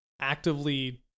actively